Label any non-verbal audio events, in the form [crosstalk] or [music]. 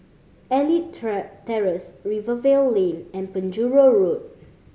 Elite [unintelligible] Terrace Rivervale Lane and Penjuru Road